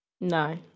No